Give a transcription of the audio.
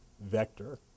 vector